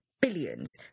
Billions